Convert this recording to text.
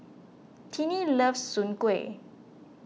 Tiney loves Soon Kueh